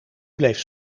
bleef